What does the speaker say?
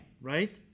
right